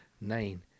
nine